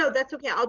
so that's okay. ah